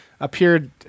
appeared